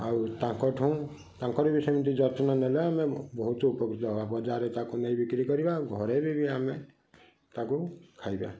ଆଉ ତାଙ୍କଠଉଁ ତାଙ୍କର ବି ସେମିତି ଯତ୍ନ ନେଲେ ଆମେ ବହୁତ ଉପକୃତ ହବା ବଜାରରେ ତାକୁ ନେଇ ବିକ୍ରି କରିବା ଆଉ ଘରେ ବି ବି ଆମେ ତାକୁ ଖାଇବା